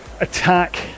attack